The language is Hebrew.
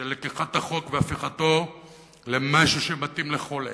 של לקיחת החוק והפיכתו למשהו שמתאים לכל עת,